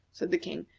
said the king,